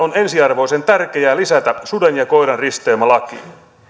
on ensiarvoisen tärkeää lisätä suden ja koiran risteymä lakiin